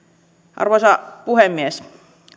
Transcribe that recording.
arvoisa puhemies